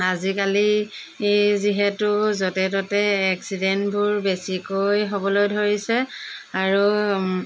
আজিকালি যিহেতু য'তে ত'তে এক্সিডেণ্টবোৰ বেছিকৈ হ'বলৈ ধৰিছে আৰু